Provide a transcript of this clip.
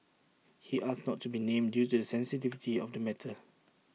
he asked not to be named due to the sensitivity of the matter